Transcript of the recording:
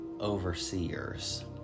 overseers